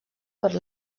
per